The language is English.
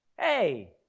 Hey